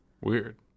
weird